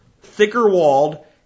thicker-walled